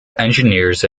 engineers